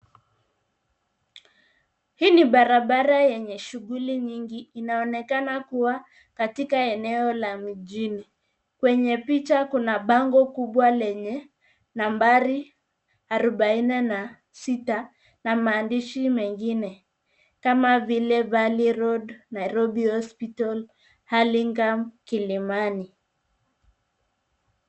Hii ni barabara lenye shughuli nyingi inaonekana kuwa katika eneo la mijini kwenye picha kuna bango kubwa lenye nambari arubaini na sita na maandishi mengine kama vile vale road nairobi hospital , halingam kilimani.